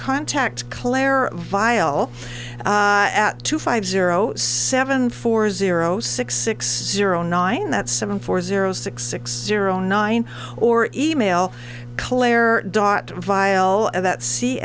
contact claire viol at two five zero seven four zero six six zero nine that's seven four zero six six zero nine or email claire dot vile that c